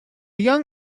young